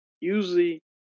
Usually